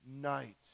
night